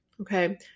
okay